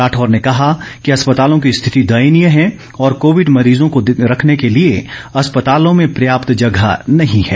राठौर ने कहा कि अस्पतालों की स्थिति दयनीय है और कोविड मरीजों को रखने के लिए अस्पतालों में पर्याप्त जगह नहीं है